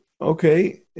okay